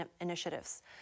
initiatives